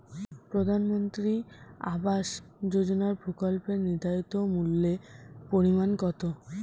প্রধানমন্ত্রী আবাস যোজনার প্রকল্পের নির্ধারিত মূল্যে পরিমাণ কত?